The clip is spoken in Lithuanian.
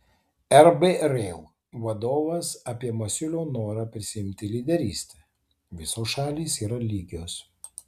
rb rail vadovas apie masiulio norą prisiimti lyderystę visos šalys yra lygios